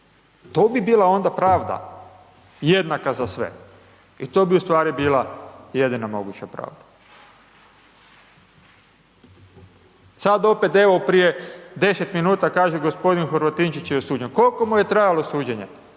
to bi bila onda pravda jednaka za sve i to bi ustvari bila jedina moguće pravda. Sada opet evo prije 10 minuta, kaže g. Horvatinčić je osuđen, koliko mu je trajalo suđenje?